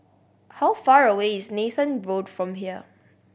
how far away is Nathan Road from here